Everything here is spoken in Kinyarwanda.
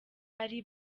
ari